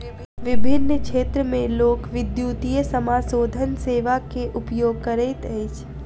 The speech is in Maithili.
विभिन्न क्षेत्र में लोक, विद्युतीय समाशोधन सेवा के उपयोग करैत अछि